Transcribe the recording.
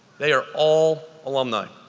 they are all alumni.